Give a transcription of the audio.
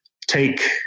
take